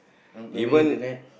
um maybe internet